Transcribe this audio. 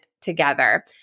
together